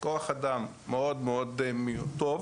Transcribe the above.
כוח אדם מאוד מאוד טוב,